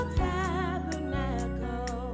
tabernacle